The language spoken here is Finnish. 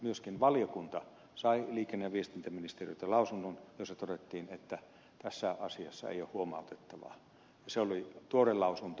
myöskin valiokunta sai liikenne ja viestintäministeriöltä lausunnon jossa todettiin että tässä asiassa ei ole huomautettavaa ja se oli tuore lausunto